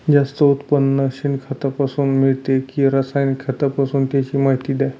जास्त उत्पादन शेणखतापासून मिळते कि रासायनिक खतापासून? त्याची माहिती द्या